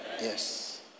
yes